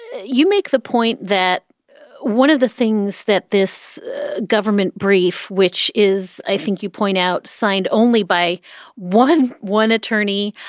you make the point that one of the things that this government brief, which is i think you point out, signed only by one one attorney,